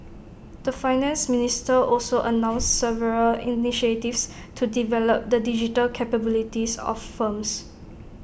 the Finance Minister also announced several initiatives to develop the digital capabilities of firms